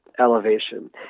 Elevation